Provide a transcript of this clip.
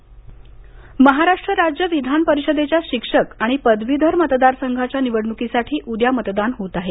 राज्य विधान परिषद महाराष्ट्र राज्य विधान परिषदेच्या शिक्षक आणि पदवीधर मतदारसंघाच्या निवडणुकीसाठी उद्या मतदान होणार आहे